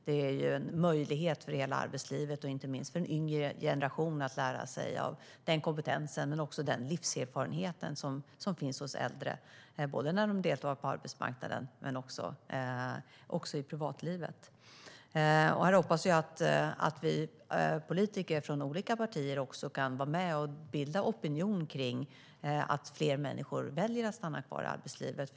Detta ger en möjlighet för hela arbetskraften, inte minst för den yngre generationen, att lära sig av den kompetens och livserfarenhet som finns hos äldre, både i arbetslivet och privatlivet. Jag hoppas att vi politiker från olika partier kan vara med och bilda opinion för att fler människor ska välja att stanna kvar i arbetslivet.